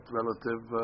relative